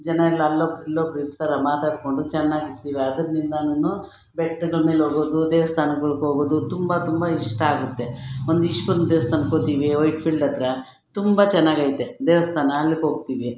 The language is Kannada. ಜನಯೆಲ್ಲ ಅಲ್ಲಿ ಒಬ್ರು ಇಲ್ಲಿ ಒಬ್ರು ಇರ್ತರ ಮಾತಾಡಿಕೊಂಡು ಚೆನ್ನಾಗಿರ್ತಿವಿ ಅದರಿಂದ ನಾನು ಬೆಟ್ಟದ ಮೇಲೆ ಹೋಗೋದು ದೇವಸ್ಥಾನಗಳ್ಗೋಗೋದು ತುಂಬ ತುಂಬ ಇಷ್ಟ ಆಗುತ್ತೆ ಒಂದು ವಿಷ್ಣುದ ದೇವಸ್ಥಾನಕ್ಕೋಗ್ತಿವಿ ವೈಟ್ ಫೀಲ್ಡ್ ಹತ್ತಿರ ತುಂಬ ಚೆನ್ನಾಗೈತೆ ದೇವಸ್ಥಾನ ಅಲ್ಲಿಗೋಗ್ತಿವಿ